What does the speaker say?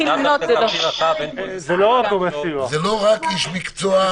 זה לא רק איש מקצוע.